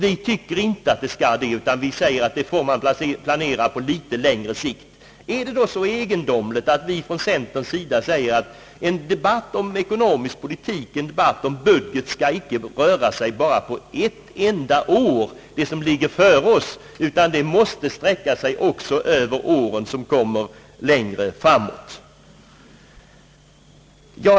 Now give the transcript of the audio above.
Vi tycker inte så utan anser att den skall planeras på längre sikt. är det då så egendomligt att vi inom centern säger att en debatt om ekonomisk politik eller en debatt om budgeten inte skall behandla bara det enda år som ligger framför oss? Debatten måste sträcka sig också över åren längre framåt.